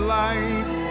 life